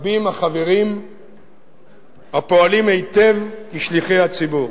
רבים החברים הפועלים היטב כשליחי הציבור,